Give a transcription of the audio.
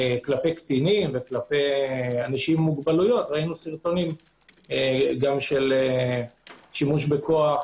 כלפי קטינים וכלפי אנשים עם מוגבלויות ראינו סרטונים של שימוש בכוח,